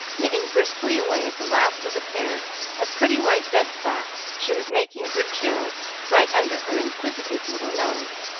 knitting briskly away at the last of the pair of pretty white bed-socks she was making for jill right under her inquisitive little nose.